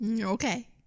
Okay